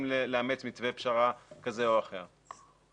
תשומת ליבכם לכך שהייתה טעות ותחליטו מה שאתם רוצים.